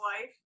life